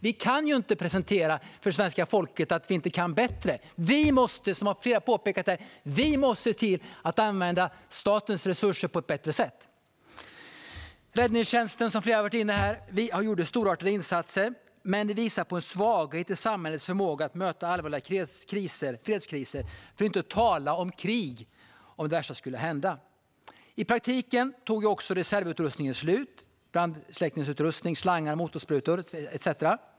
Vi kan inte presentera för svenska folket att vi inte kan bättre, utan som flera här har påpekat måste vi se till att använda statens resurser på ett bättre sätt. Som flera har varit inne på gjorde räddningstjänsten storartade insatser, men det visar på en svaghet i samhällets förmåga att möta allvarliga fredskriser - för att inte tala om krig, om det värsta skulle hända. I praktiken tog reservutrustningen slut. Det gäller brandsläckningsutrustning, slangar, motorsprutor etcetera.